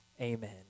amen